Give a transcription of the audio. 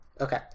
Okay